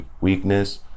weakness